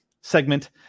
segment